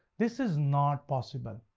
this is not possible.